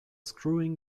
screwing